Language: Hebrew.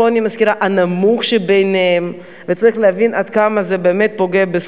זאת אומרת ש-20,000 נשים גרושות אינן מצליחות לקבל